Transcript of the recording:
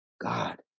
God